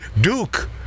Duke